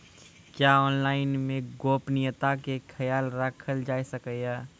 क्या ऑनलाइन मे गोपनियता के खयाल राखल जाय सकै ये?